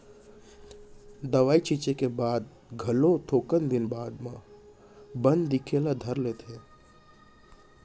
दवई छींचे के बाद घलो थोकन दिन बाद म बन दिखे ल धर लेथे